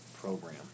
program